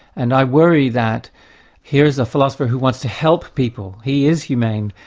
and i worry that here's a philosophy who wants to help people, he is humane,